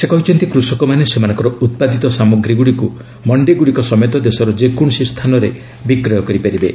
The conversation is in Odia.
ସେ କହିଛନ୍ତି କୃଷକମାନେ ସେମାନଙ୍କର ଉତ୍ପାଦିତ ସାମଗ୍ରୀଗୁଡ଼ିକୁ ମଣ୍ଡିଗୁଡ଼ିକ ସମେତ ଦେଶର ଯେକୌଣସି ସ୍ଥାନରେ ବିକ୍ରୟ କରିପାରିବେ